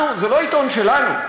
זה לא עיתון שלנו.